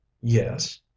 Yes